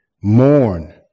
mourn